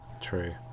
True